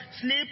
sleep